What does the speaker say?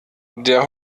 der